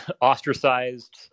ostracized